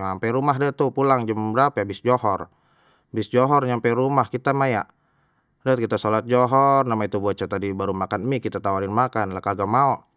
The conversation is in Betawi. ampe rumah deh tuh pulang jam berapa habis johor habis johor nyampe rumah kita mah ya, dah kita sholat johor namanya itu bocah tadi baru makan mie kita tawarin makan lah kagak mau.